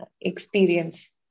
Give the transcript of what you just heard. experience